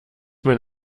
mein